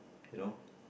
you know